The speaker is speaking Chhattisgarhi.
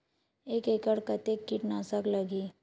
एक एकड़ कतेक किट नाशक लगही?